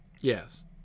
Yes